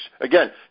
again